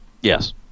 yes